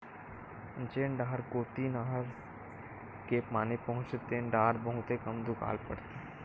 जेन डाहर कोती नहर के पानी पहुचथे तेन डाहर बहुते कम दुकाल परथे